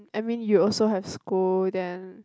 I mean you also have school then